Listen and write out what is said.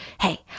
Hey